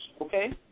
okay